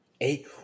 Eight